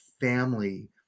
family